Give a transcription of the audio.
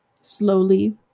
slowly